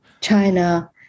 China